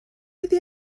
iddi